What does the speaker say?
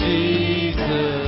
Jesus